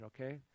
okay